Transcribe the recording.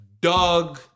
Doug